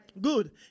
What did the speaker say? Good